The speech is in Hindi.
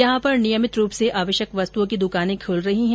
यहां पर नियमित रूप से आवश्यक वस्तुओं की दुकानें खूल रही हैं